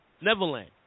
Neverland